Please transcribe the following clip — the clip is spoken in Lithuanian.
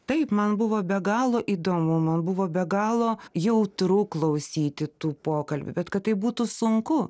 taip man buvo be galo įdomu man buvo be galo jautru klausyti tų pokalbių bet kad tai būtų sunku